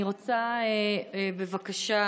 אני רוצה, בבקשה,